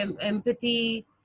empathy